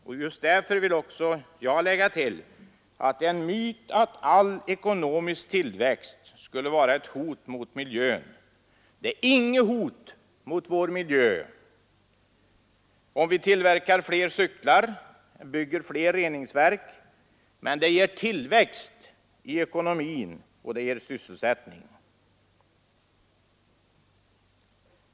Och just därför vill jag också lägga till att det är en myt att all ekonomisk tillväxt skulle vara ett hot mot miljön. Det är inget hot mot vår miljö, om vi tillverkar fler cyklar eller bygger fler reningsverk — men det ger tillväxt i ekonomin och det ger sysselsättning.